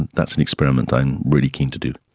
that's an experiment i'm really keen to do.